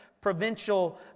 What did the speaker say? provincial